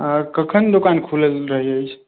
आ कखन दोकान खुलल रहैत अछि